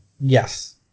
Yes